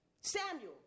Samuel